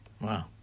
Wow